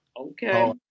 Okay